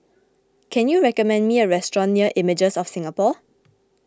can you recommend me a restaurant near Images of Singapore